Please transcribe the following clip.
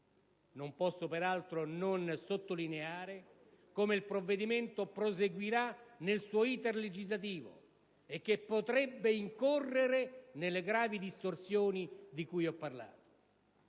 Non posso peraltro non sottolineare il fatto che il provvedimento, nel prosieguo del suo *iter* legislativo, potrebbe incorrere nelle gravi distorsioni di cui ho parlato.